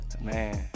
Man